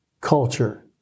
culture